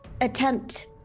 attempt